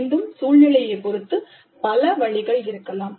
மீண்டும் சூழ்நிலையைப் பொருத்து பல வழிகள் இருக்கலாம்